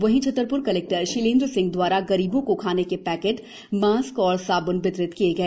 वहीं छतरपुर कलेक्टर शीलेन्द्र सिंह द्वारा गरीबों को खाने के पैकेट मास्क और साबुन वितरित किये गए